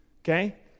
Okay